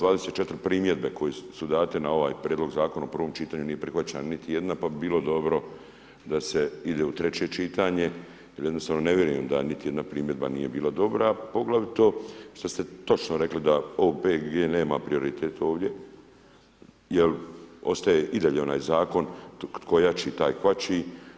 24 primjedbe koje su date na ovaj prijedlog zakona u prvom čitanju nije prihvaćena niti jedna, pa bi bilo dobro da se ide u treće čitanje, jer jednostavno ne vjerujem da niti jedna primjedba nije bila dobra, a poglavito što ste točno rekli da OPG nema prioritet ovdje jer ostaje i dalje onaj zakon tko jači, taj kvači.